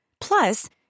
Plus